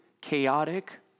chaotic